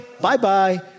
Bye-bye